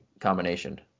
combination